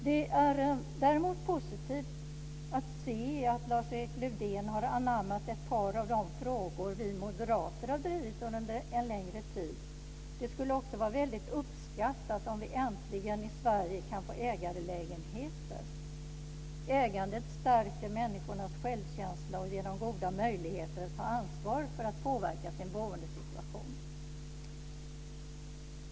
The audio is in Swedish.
Det är däremot positivt att se att Lars-Erik Lövdén har anammat ett par av de frågor vi moderater har drivit under en längre tid. Det skulle också vara väldigt uppskattat om vi äntligen i Sverige kan få ägarlägenheter. Ägandet stärker människornas självkänsla och ger dem goda möjligheter att ta ansvar för att påverka sin boendesituation.